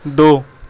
ਦੋ